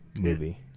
movie